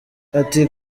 ati